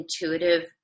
intuitive